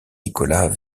nicolas